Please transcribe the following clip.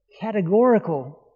categorical